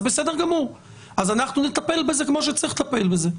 אז אנחנו נטפל בזה כמו שצריך לטפל בזה.